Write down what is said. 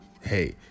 Hey